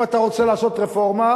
אם אתה רוצה לעשות רפורמה,